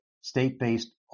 state-based